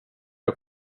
jag